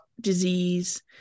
disease